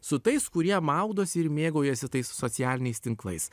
su tais kurie maudosi ir mėgaujasi tais socialiniais tinklais